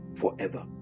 forever